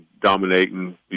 dominating